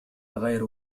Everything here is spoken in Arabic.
غير